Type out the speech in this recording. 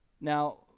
Now